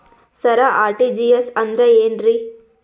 ಸರ RTGS ಅಂದ್ರ ಏನ್ರೀ?